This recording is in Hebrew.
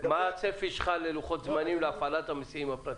מה הצפי שלך ללוחות זמנים להפעלת המסיעים הפרטיים?